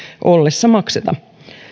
ollessaan makseta